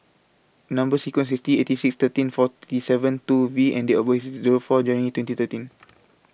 Number sequence IS T eighty six thirteen forty seven two V and Date of birth IS Zero four January twenty thirteen